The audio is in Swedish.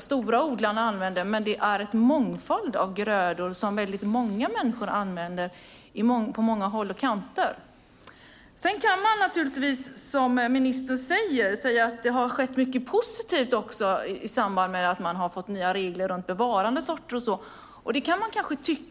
stora odlarna använder, men det är en mångfald av grödor som väldigt många människor använder på många håll och kanter. Sedan kan man naturligtvis säga som ministern att det har skett mycket positivt också i samband med att man har fått nya regler när det gäller bevarandesorter och så vidare. Det kan man kanske tycka.